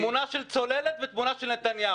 תמונה של צוללת ותמונה של נתניהו.